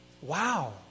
Wow